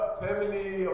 family